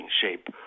shape